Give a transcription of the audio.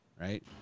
right